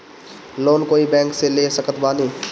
Loan कोई bank से ले सकत बानी?